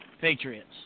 Patriots